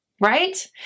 Right